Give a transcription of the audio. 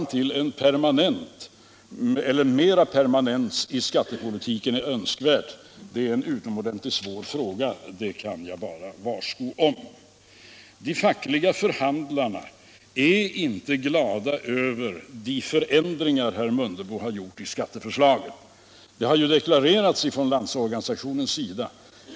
Att sedan komma fram till mer permanens i skattepolitiken är önskvärt. Men det är en utomordentligt svår fråga, det kan jag bara varsko om. De fackliga förhandlarna är inte glada över de förändringar herr Mundebo gjort i skatteförslaget. Det har deklarerats från Landsorganisationens sida.